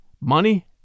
money